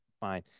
fine